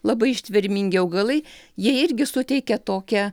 labai ištvermingi augalai jie irgi suteikia tokią